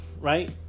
right